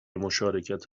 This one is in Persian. مشارکت